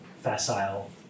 facile